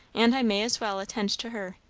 and i may as well attend to her.